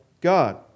God